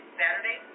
saturday